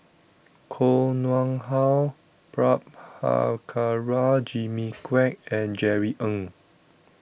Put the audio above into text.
Koh Nguang How Prabhakara Jimmy Quek and Jerry Ng